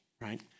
right